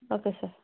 okay sir